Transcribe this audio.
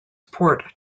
port